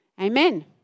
Amen